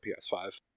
PS5